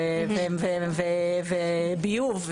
וביוב,